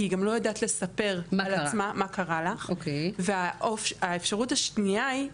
כי היא גם לא יודעת לספר מה קרה לה והאפשרות השנייה היא,